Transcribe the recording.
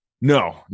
No